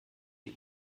die